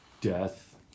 death